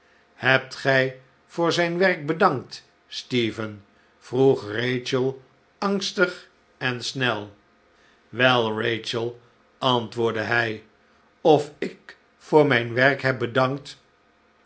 hebt gij voor zijn werk bedankt stephen vroeg rachel angstig en snel wel rachel antwoordde hij of ik voor zijn werk heb bedankt